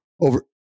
over